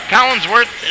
Collinsworth